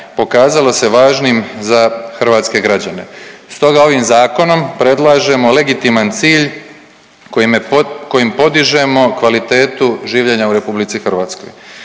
pokazalo se važnim za hrvatske građane. Stoga ovim zakonom predlažemo legitiman cilj kojim podižemo kvalitetu življenja u RH.